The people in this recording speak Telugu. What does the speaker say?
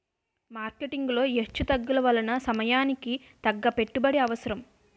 మార్కెటింగ్ లో హెచ్చుతగ్గుల వలన సమయానికి తగ్గ పెట్టుబడి అవసరం